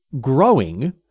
growing